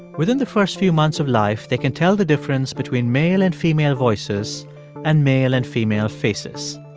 within the first few months of life, they can tell the difference between male and female voices and male and female faces.